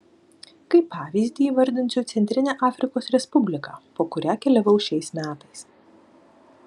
kaip pavyzdį įvardinsiu centrinę afrikos respubliką po kurią keliavau šiais metais